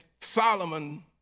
Solomon